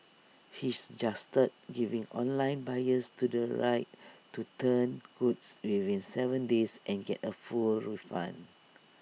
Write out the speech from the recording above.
he suggested giving online buyers the right to return goods within Seven days and get A full refund